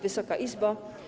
Wysoka Izbo!